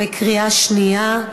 בקריאה שנייה,